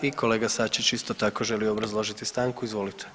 I kolega Sačić isto tako želi obrazložiti stanku, izvolite.